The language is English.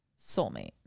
soulmate